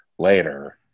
Later